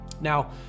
Now